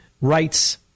rights